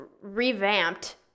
revamped